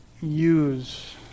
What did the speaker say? use